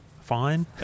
fine